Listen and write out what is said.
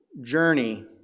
journey